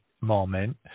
moment